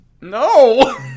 no